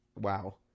wow